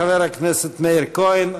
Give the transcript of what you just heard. תודה לחבר הכנסת מאיר כהן.